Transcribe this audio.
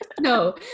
no